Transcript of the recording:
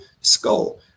skull